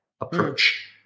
approach